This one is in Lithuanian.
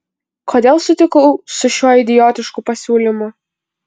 kodėl sutikau su šiuo idiotišku pasiūlymu